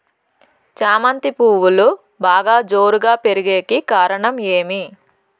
చామంతి పువ్వులు బాగా జోరుగా పెరిగేకి కారణం ఏమి?